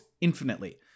infinitely